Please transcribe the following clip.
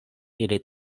ili